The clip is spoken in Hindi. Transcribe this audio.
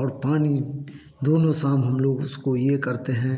और पानी देने से हम हम लोग उसको ये करते हैं